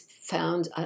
found